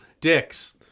dicks